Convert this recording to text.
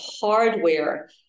hardware